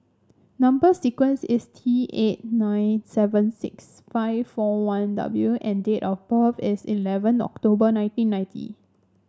number sequence is T eight nine seven six five four one W and date of birth is eleven October nineteen ninety